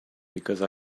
because